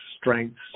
strengths